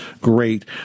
great